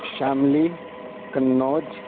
Shamli Kannauj